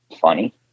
funny